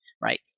right